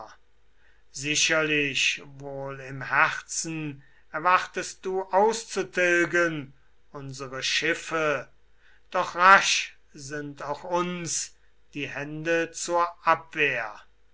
sicherlich wohl im herzen erwartest du auszutilgen unsere schiffe doch rasch sind auch uns die hände zur abwehr